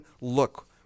look